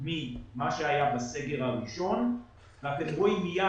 ממה שהיה בסגר הראשון ואתם רואים מיד